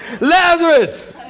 Lazarus